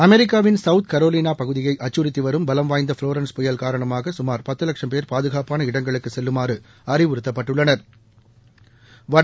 America வின் South Carolina பகுதியை அச்சுறுத்தி வரும் பலம் வாய்ந்த ப்ளோரன்ஸ் புயல் காரணமாக சுமார் பத்து வட்சம் போ பாதுகாப்பான இடங்களுக்குச் செல்லுமாறு அறிவறுத்தப்பட்டுள்ளனா்